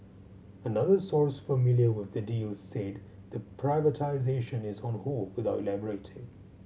another source familiar with the deal said the privatisation is on hold without elaborating